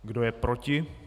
Kdo je proti?